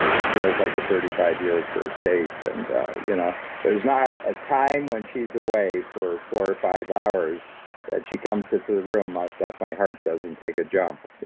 it feels like a thirty five year first date and you know there's not a time when she's away for four or five hours that she comes into the room ah that my heart doesn't take a jump, yeah